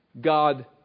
God